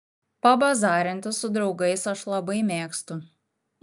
pabazarinti su draugais aš labai mėgstu